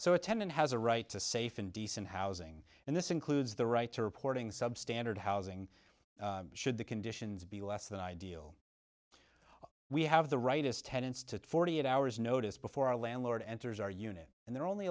so a tenant has a right to safe and decent housing and this includes the right to reporting substandard housing should the conditions be less than ideal we have the right as tenants to forty eight hours notice before our landlord enters our unit and they're only